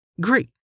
Great